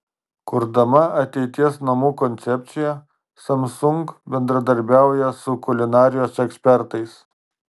kurdama ateities namų koncepciją samsung bendradarbiauja su kulinarijos ekspertais